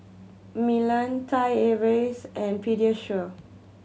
Milan Thai Airways and Pediasure